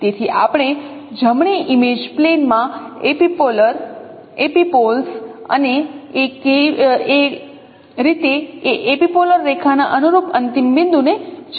તેથી આપણે જમણી ઇમેજ પ્લેન માં એપિપોલર એપિપોલ્સ અને એ રીતે એ એપિપોલર રેખા ના અનુરૂપ અંતિમ બિંદુ ને જાણીએ છીએ